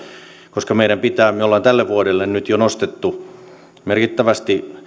koska me olemme tälle vuodelle nyt jo lisänneet merkittävästi